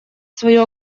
свою